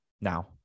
Now